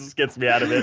gets me out of